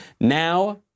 Now